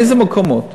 באיזה מקומות?